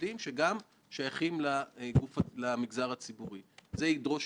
ואותה ועדה גם תחליט מה סודי ומה לא ומה מעניין את הציבור ומה לא.